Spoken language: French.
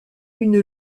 une